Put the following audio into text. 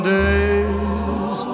days